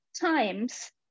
times